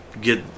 get